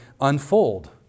unfold